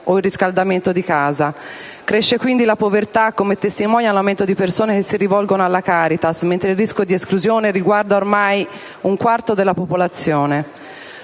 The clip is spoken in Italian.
o il riscaldamento di casa. Cresce quindi la povertà, come testimonia l'aumento di persone che si rivolgono alla Caritas, mentre il rischio di esclusione sociale riguarda ormai un quarto della popolazione.